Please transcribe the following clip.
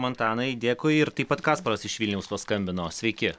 antanai dėkui ir taip pat kasparas iš vilniaus paskambino sveiki